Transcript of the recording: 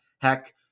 Heck